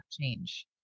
change